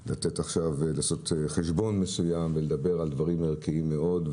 לעשות חשבון מסוים ולדבר על דברים ערכיים מאוד,